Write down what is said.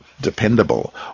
dependable